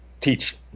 teach